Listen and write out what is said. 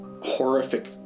horrific